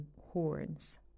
horns